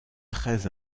très